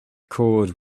cord